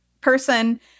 person